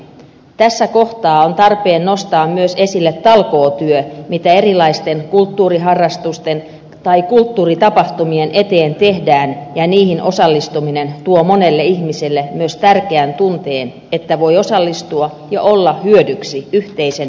tässä kohtaa on tarpeen nostaa esille myös talkootyö mitä erilaisten kulttuuriharrastusten tai kulttuuritapahtumien eteen tehdään ja niihin osallistuminen tuo monelle ihmisille myös tärkeän tunteen että voi osallistua ja olla hyödyksi yhteisen hyvän eteen